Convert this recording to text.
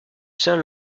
saint